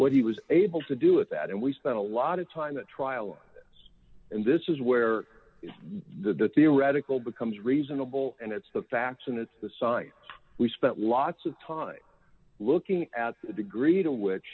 what he was able to do with that and we spent a lot of time at trial and this is where the theoretical becomes reasonable and it's the facts and it's the science we spent lots of time looking at the degree to which